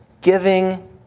giving